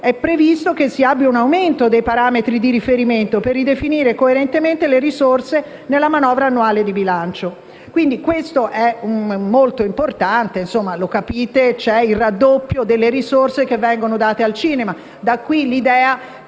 è previsto che si abbia un aumento dei parametri di riferimento per ridefinire coerentemente le risorse nella manovra annuale di bilancio. Questo come capite è molto importante, perché c'è il raddoppio delle risorse che vengono date al cinema. Da qui l'idea